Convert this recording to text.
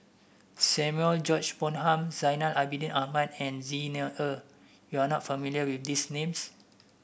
Samuel George Bonham Zainal Abidin Ahmad and Xi Ni Er you are not familiar with these names